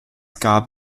gab